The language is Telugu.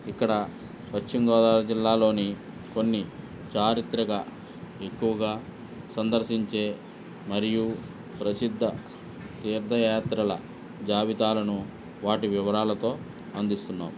ఇక్కడ పశ్చిమగోదావరి జిల్లాలోని కొన్ని చారిత్రక ఎక్కువగా సందర్శించే మరియు ప్రసిద్ధ తీర్థయాత్రల జాబితాలను వాటి వివరాలతో అందిస్తున్నాం